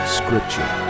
scripture